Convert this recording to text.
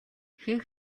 хэн